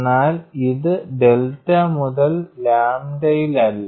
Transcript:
എന്നാൽ ഇത് ഡെൽറ്റ മുതൽ ലാംഡയിലല്ല